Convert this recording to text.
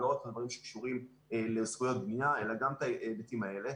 לא רק את הדברים שקשורים לזכויות בניה אלא גם את ההיבטים האלה,